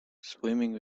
swimming